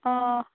آ